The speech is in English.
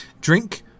Drink